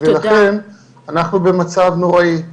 ולכן אנחנו במצב נוראי.